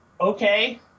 okay